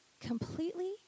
completely